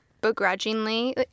begrudgingly